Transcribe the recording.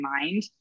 mind